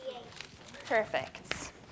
Perfect